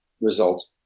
result